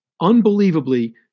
Unbelievably